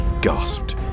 gasped